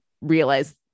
realize